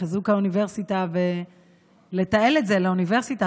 לחיזוק האוניברסיטה ולתעל את זה לאוניברסיטה,